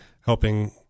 helping